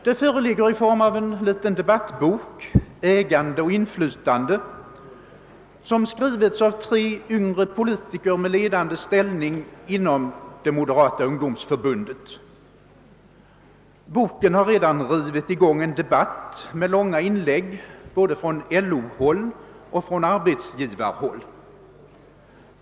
Det föreligger i form av en liten debattbok, »Ägande och inflytande», som skrivits av tre yngre politiker med ledande ställning inom det moderata ungdomsför bundet. Boken har redan rivit i gång en debatt med långa inlägg både från LO håll och från arbetsgivarhåll.